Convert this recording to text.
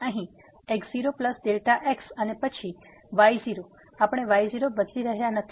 તેથી અહીં x0Δx અને પછી y0 આપણે y0 બદલી રહ્યા નથી